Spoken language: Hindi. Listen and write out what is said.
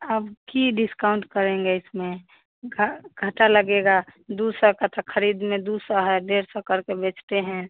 अब की डिस्काउंट करेंगे इसमें घ घटा लगेगा दो सौ का त खरीद में दो सौ है डेढ़ सौ करके बेचते हैं